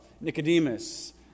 Nicodemus